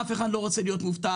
אף אחד לא רוצה להיות מובטל,